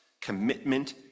commitment